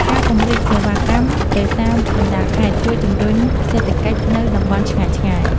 ការពង្រីកសេវាកម្មទៅតាមបណ្ដាខេត្ត ជួយជំរុញសេដ្ឋកិច្ចនៅតំបន់ឆ្ងាយៗ។